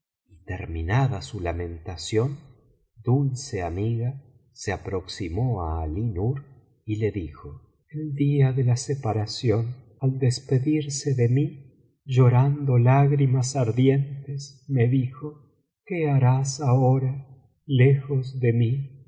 terminada su lamentación dulce amiga se aproximó á alí nur y le dijo el día de la separación al despedirse de mi diorando lágrimas ardientes me dijo qué harás ahora lejos de mí'h